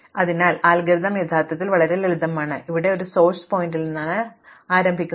അതിനാൽ അൽഗോരിതം യഥാർത്ഥത്തിൽ വളരെ ലളിതമാണ് നിങ്ങൾ ഒരു ഉറവിട ശീർഷകത്തിൽ നിന്നാണ് ആരംഭിക്കുന്നത്